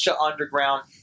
Underground